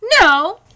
no